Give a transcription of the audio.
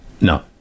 No